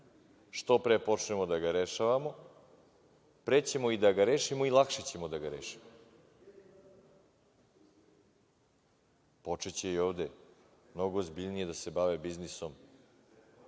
Što pre počnemo da ga rešavamo, pre ćemo i da ga rešimo i lakše ćemo da ga rešimo. Počeće i ovde mnogo ozbiljnije da se bave biznisom